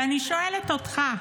ואני שואלת אותך,